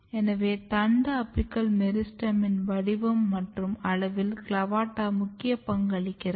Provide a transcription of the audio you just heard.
எனவே தண்டு அபிக்கல் மெரிஸ்டெமின் வடிவம் மற்றும் அளவில் CLAVATA முக்கிய பங்களிக்கிறது